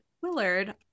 Willard